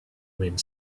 wind